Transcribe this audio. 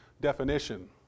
definition